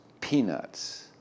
peanuts